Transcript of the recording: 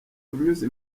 unyuze